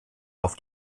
auf